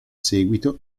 seguito